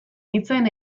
hitzen